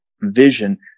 vision